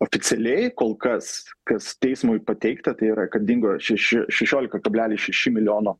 oficialiai kol kas kas teismui pateikta tai yra kad dingo šeši šešiolika kablelis šeši milijono